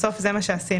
בסוף זה מה שעשינו.